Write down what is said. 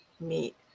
meet